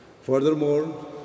Furthermore